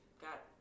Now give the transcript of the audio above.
got